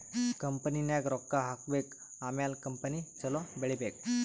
ಕಂಪನಿನಾಗ್ ರೊಕ್ಕಾ ಹಾಕಬೇಕ್ ಆಮ್ಯಾಲ ಕಂಪನಿ ಛಲೋ ಬೆಳೀಬೇಕ್